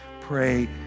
pray